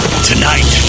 Tonight